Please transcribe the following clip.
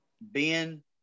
Ben